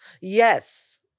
Yes